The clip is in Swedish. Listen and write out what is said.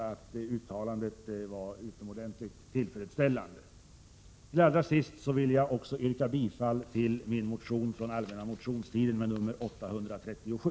Allra sist vill jag också yrka bifall till min motion från allmänna motionstiden, nr Sk837.